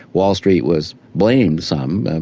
wall street was blamed some,